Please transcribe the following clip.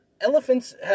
Elephants